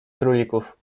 królików